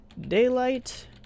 daylight